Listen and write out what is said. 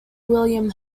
william